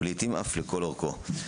ולעתים אף לכל אורכו.